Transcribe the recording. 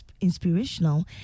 inspirational